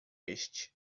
este